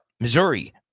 Missouri